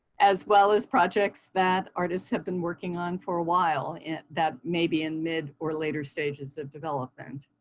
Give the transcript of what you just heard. as well as projects that artists have been working on for a while and that may be in mid or later stages of development.